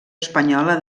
espanyola